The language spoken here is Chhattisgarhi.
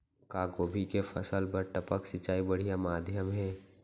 का गोभी के फसल बर टपक सिंचाई बढ़िया माधयम हे?